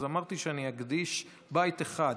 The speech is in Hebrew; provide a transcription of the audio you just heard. אז אמרתי שאני אקדיש בית אחד: